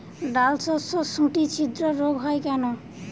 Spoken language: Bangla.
ডালশস্যর শুটি ছিদ্র রোগ হয় কেন?